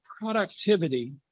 productivity